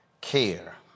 care